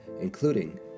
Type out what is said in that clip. including